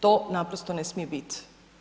To naprosto ne smije biti.